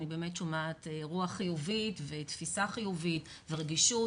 אני באמת שומעת רוח חיובית ותפיסה חיובית ורגישות